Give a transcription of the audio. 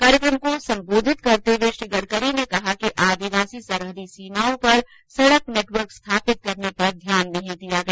कार्यकम को सम्बोधित करते हुए श्री गडकरी ने कहा कि आदिवासी सरहदी सीमाओं पर सड़क नेटवर्क स्थापित करने पर ध्यान नहीं दिया गया